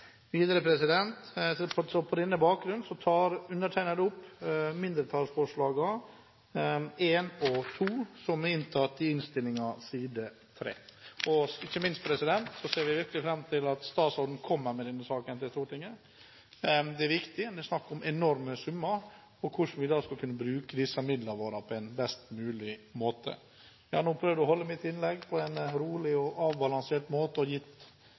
På denne bakgrunn tar undertegnede opp mindretallsforslagene, nr. 1 og nr. 2, som er tatt inn i innstillingen på side 3. Ikke minst ser vi virkelig fram til at statsråden kommer med denne saken til Stortinget. Det er viktig – det er snakk om enorme summer – for hvordan vi skal kunne bruke disse midlene på en best mulig måte. Jeg har nå prøvd å holde mitt innlegg på en rolig og avbalansert måte og gitt